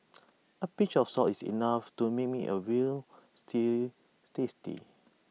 A pinch of salt is enough to make me A Veal Stew tasty